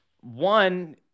one